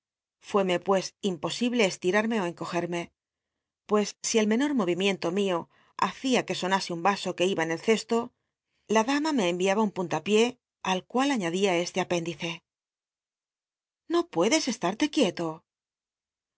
fuémc pues imposible estirarmc ó encogenne pues si el menor movimiento mio hacia que sonase un aso que iba en el cesto la dama me enviaba un puntapié al cual aiiadia este apéndice xo puedes cstarte quieto